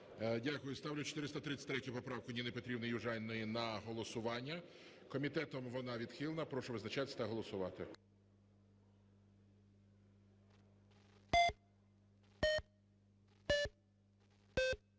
Дякую. Ставлю 433 поправку Ніни Петрівни Южаніної на голосування, комітетом вона відхилена. Прошу визначатись та голосувати.